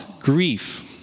grief